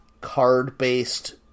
card-based